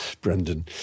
Brendan